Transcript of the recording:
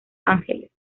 ángeles